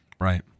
Right